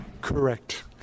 Correct